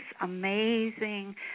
amazing